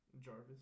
Jarvis